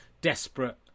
desperate